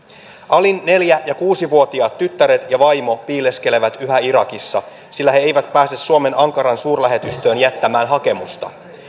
alin neljä ja kuusi vuotiaat tyttäret ja vaimo piileskelevät yhä irakissa sillä he eivät pääse suomen ankaran suurlähetystöön jättämään hakemusta